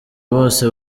bose